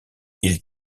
ils